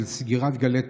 סגירת גלי צה"ל,